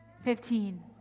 Fifteen